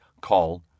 called